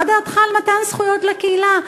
מה דעתך על מתן זכויות לקהילה?